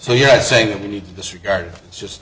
so you're saying that we need to disregard just